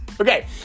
Okay